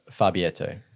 Fabietto